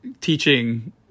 teaching